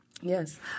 Yes